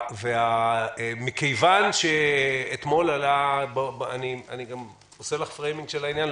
מכיוון שאתמול אני עושה לך פריימינג של העניין,